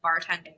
bartending